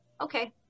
Okay